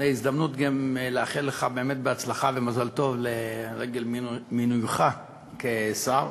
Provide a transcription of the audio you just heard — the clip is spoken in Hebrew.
זו ההזדמנות לאחל לך הצלחה ומזל טוב לרגל מינויך לשר.